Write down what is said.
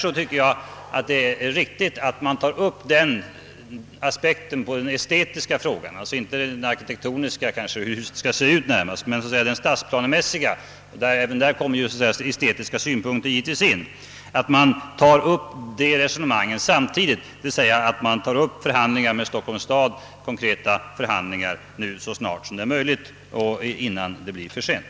Därför tycker jag att det är riktigt att ta upp den estetiska och stadsplanemässiga aspekten på frågan, alltså inte den arkitektoniska om hur huset skall se ut, även om givetvis också därvidlag estetiska synpunkter kommer in. Enligt min mening bör riksdagen ta upp konkreta förhandlingar med Stockholms stad så snart som möjligt, innan det blir för sent.